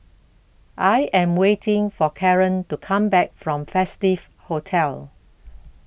I Am waiting For Caren to Come Back from Festive Hotel